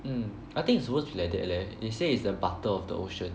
um I think it's worth to be like that eh they say it's the butter of the ocean